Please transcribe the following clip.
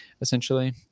essentially